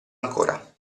ancora